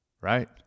Right